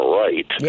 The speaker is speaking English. right